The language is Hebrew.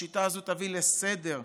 השיטה תביא לסדר,